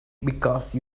because